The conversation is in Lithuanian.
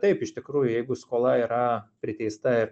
taip iš tikrųjų jeigu skola yra priteista ir